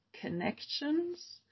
connections